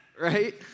right